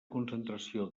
concentració